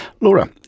Laura